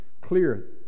clear